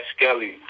Skelly